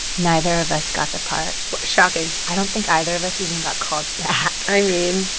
neither of us got the part shocking i don't think either of us even got called back i mean.